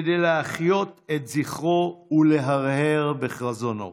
כדי להחיות את זכרו ולהרהר בחזונו.